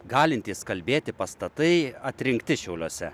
galintys kalbėti pastatai atrinkti šiauliuose